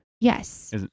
Yes